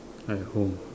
at home